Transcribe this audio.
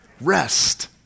Rest